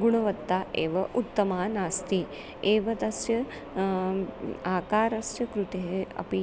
गुणवत्ता एव उत्तमा नास्ति एव तस्य आकारस्य कृते अपि